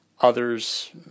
Others